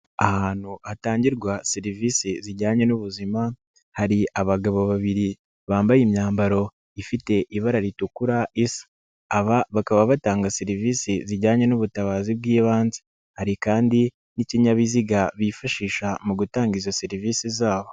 Ahantu hatangirwa serivisi zijyanye n'ubuzima hari abagabo babiri bambaye imyambaro ifite ibara ritukura isa, aba bakaba batanga serivisi zijyanye n'ubutabazi bw'ibanze, hari kandi n'ikinyabiziga bifashisha mu gutanga izo serivisi zabo.